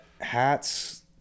hats